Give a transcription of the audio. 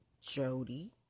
jody